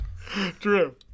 True